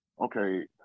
okay